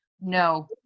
No